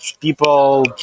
people